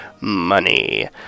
money